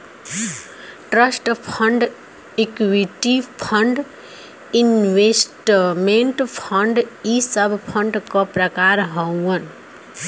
trust fund equity fund investment fund इ सब fund क प्रकार हउवन